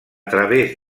través